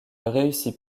réussit